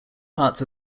parts